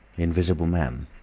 invisible man,